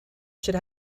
should